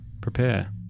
prepare